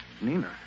Nina